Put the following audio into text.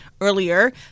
earlier